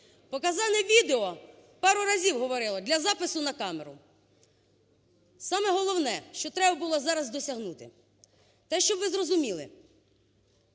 Показане відео, пару разів говорила, для запису на камеру. Саме головне, що треба було зараз досягнути, - те, щоб ви зрозуміли,